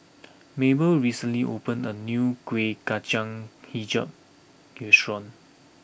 Mable recently opened a new Kueh Kacang HiJau restaurant